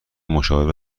مشاور